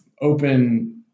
open